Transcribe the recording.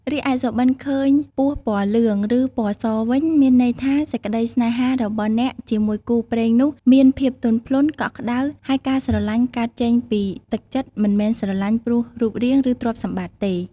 រីឯសុបិនឃើញពស់ពណ៌លឿង ឬ ពណ៌សវិញមានន័យថា សេចក្តីសេ្នហារបស់អ្នកជាមួយគូព្រេងនោះមានភាពទន់ភ្លន់ កក់ក្តៅ ហើយការស្រលាញ់កើតចេញពីទឹកចិត្តមិនមែនស្រលាញ់ព្រោះរូបរាង ឬ ទ្រព្យសម្បតិ្ត ទេ។